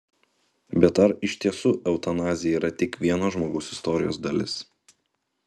bet ar iš tiesų eutanazija yra tik vieno žmogaus istorijos dalis